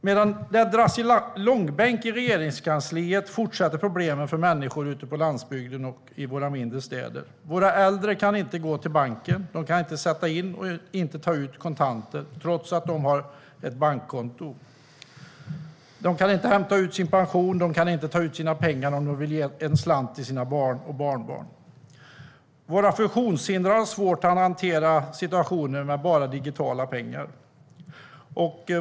Medan frågan dras i långbänk i Regeringskansliet fortsätter problemen för människor ute på landsbygden och i våra mindre städer. Våra äldre kan inte gå till banken. De kan inte sätta in och ta ut kontanter trots att de har ett bankkonto. De kan inte hämta ut sin pension, och de kan inte ta ut sina pengar om de vill ge en slant till sina barn och barnbarn. Våra funktionshindrade har svårt att hantera situationen med bara digitala pengar.